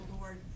Lord